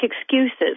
excuses